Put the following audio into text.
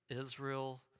Israel